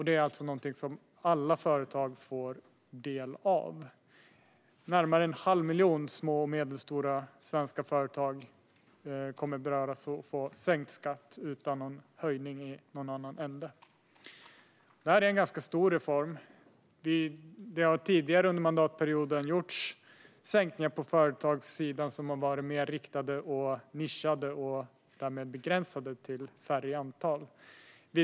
Det är alltså någonting som alla företag får del av. Närmare en halv miljon små och medelstora svenska företag kommer att beröras och få sänkt skatt utan någon höjning i någon annan ände. Detta är en ganska stor reform. Det har tidigare under mandatperioden gjorts skattesänkningar på företagssidan som har varit mer riktade och nischade och därmed begränsade till ett mindre antal.